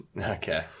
Okay